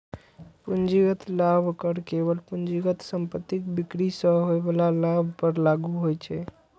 पूंजीगत लाभ कर केवल पूंजीगत संपत्तिक बिक्री सं होइ बला लाभ पर लागू होइ छै